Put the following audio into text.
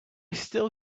still